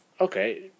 okay